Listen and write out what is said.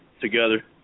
together